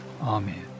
amen